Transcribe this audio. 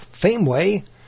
Fameway